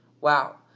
Wow